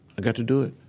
i got to do it.